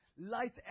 light